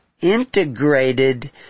integrated